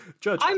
judge